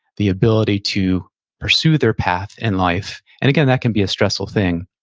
the ability to pursue their path in life, and again, that can be a stressful thing.